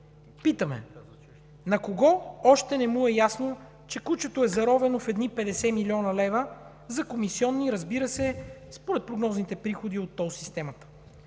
Питаме: на кого още не му е ясно, че кучето е заровено в едни 50 млн. лв. за комисиони, разбира се, според прогнозните приходи от тол системата?